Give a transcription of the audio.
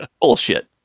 Bullshit